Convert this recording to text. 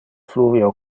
fluvio